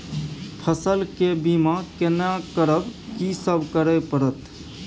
फसल के बीमा केना करब, की सब करय परत?